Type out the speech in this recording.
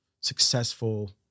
successful